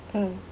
mm